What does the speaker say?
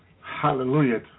hallelujah